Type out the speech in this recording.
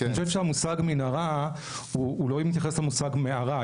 אני חושב שהמושג מנהרה הוא לא מתייחס למושג מערה.